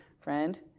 friend